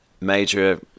major